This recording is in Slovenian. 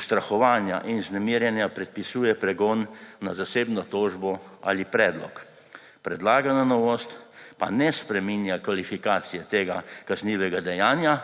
ustrahovanja in vznemirjena predpisuje pregon na zasebno tožbo ali predlog. Predlagana novost pa ne spreminja kvalifikacije tega kaznivega dejanja,